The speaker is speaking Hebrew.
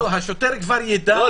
--- הוא